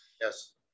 Yes